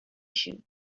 shoot